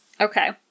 Okay